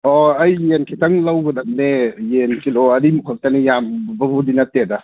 ꯑꯣ ꯑꯩ ꯌꯦꯟ ꯈꯤꯇꯪ ꯂꯧꯒꯗꯝꯅꯦ ꯌꯦꯟ ꯀꯤꯂꯣ ꯑꯅꯤꯃꯨꯛ ꯈꯛꯇꯅꯤ ꯌꯥꯝꯕꯕꯨꯗꯤ ꯅꯠꯇꯦꯗ